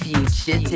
Future